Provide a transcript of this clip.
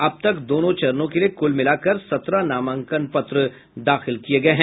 अब तक दोनों चरणों के लिए कुल मिलाकर सत्रह नामांकन पत्र दाखिल किये गये है